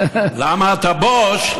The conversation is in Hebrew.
למה אתה בוש,